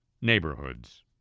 neighborhoods